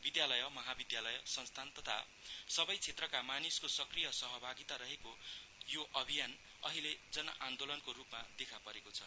विद्यालय महाविद्यालय संस्थान तथा सबै क्षेत्रका मानिसका सक्रिय सहभागिता रहेको यो अभियान अहिले जन आन्दोलनको रूपमा देखा रहेको छ